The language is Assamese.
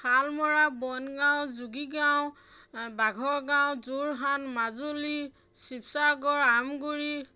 হালমৰা বনগাঁও জুগীগাঁও বাঘৰগাঁও যোৰহাট মাজুলী শিৱসাগৰ আমগুৰি